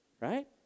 right